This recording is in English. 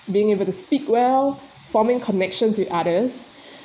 being able to speak well forming connections with others